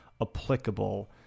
applicable